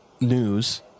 news